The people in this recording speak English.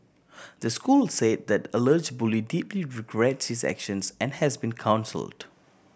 the school said that alleged bully deeply regrets his actions and has been counselled